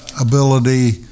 ability